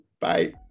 Bye